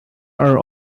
are